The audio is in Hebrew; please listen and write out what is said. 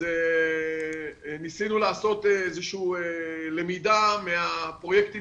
ניסינו לעשות איזו שהיא למידה מהפרויקטים